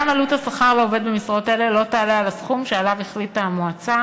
גם עלות השכר לעובד במשרות אלה לא תעלה על הסכום שעליו החליטה המועצה,